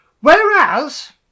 Whereas